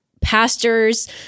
pastors